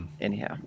anyhow